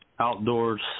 Outdoors